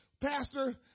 pastor